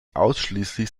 ausschließlich